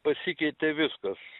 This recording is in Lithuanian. pasikeitė viskas